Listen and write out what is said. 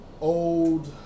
old